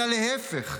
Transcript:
אלא להפך: